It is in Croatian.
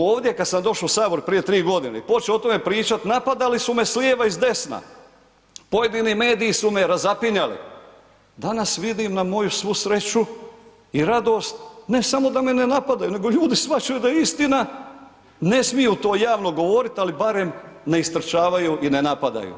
Ovdje kada sam došao u Sabor prije 3 godine i počeo o tome pričati napadali su me s lijeva i s desna, pojedini mediji su me razapinjali, danas vidim na moju svu sreću i radost ne samo da me ne napadaju nego ljudi shvaćaju da je istina, ne smiju to javno govoriti ali barem ne istrčavaju i ne napadaju.